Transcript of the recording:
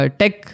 tech